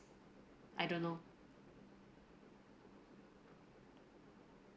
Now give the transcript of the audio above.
I don't know